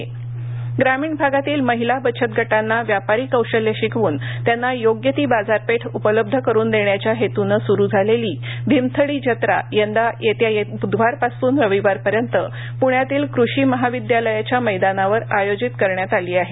भीमथडी जत्रा ग्रामीणभागातील महिला बचत गटांना व्यापारी कौशल्य शिकवून त्यांना योग्य ती बाजारपेठ उपलब्ध करून देण्याच्या हेतूने सुरु झालेली भीमथडी जत्रा यंदा येत्या बुधवारपासूनरविवारपर्यंत पुण्यातील कृषी महाविद्यालयाच्या मैदानावर आयोजित करण्यात आली आहे